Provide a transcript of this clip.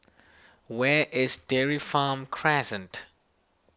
where is Dairy Farm Crescent